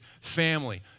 family